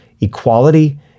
equality